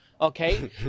okay